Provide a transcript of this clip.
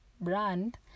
brand